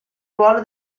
ruolo